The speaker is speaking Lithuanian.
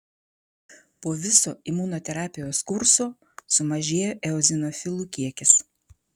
po viso imunoterapijos kurso sumažėja eozinofilų kiekis